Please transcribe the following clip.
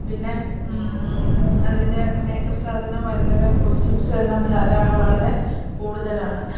പിന്നെ അതിൻ്റെ മേക്കപ്പ് സാധനം വളരെ കോസ്റ്റ്യുമ്സും എല്ലാം വളരെ കൂടുതലാണ്